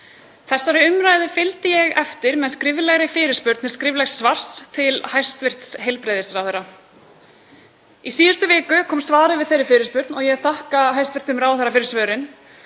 Þeirri umræðu fylgdi ég eftir með skriflegri fyrirspurn til skriflegs svars til hæstv. heilbrigðisráðherra. Í síðustu viku kom svarið við þeirri fyrirspurn og ég þakka hæstv. ráðherra fyrir.